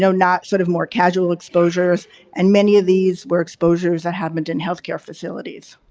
so not sort of more casual exposures and many of these were exposures that happened in healthcare facilities.